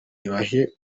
ibahe